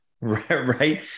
right